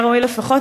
היה ראוי לפחות,